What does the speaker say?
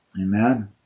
Amen